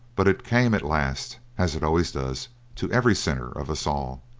but it came at last, as it always does to every sinner of us all.